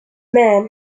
man